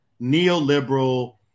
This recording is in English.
neoliberal